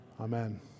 amen